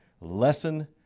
Lesson